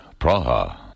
Praha